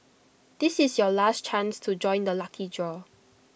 this is your last chance to join the lucky draw